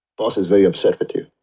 boss is very upset with you.